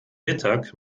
mittag